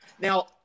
Now